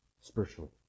spiritually